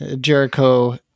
Jericho